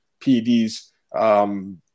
PEDs